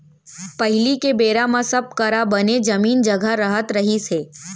पहिली के बेरा म सब करा बने जमीन जघा रहत रहिस हे